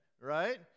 right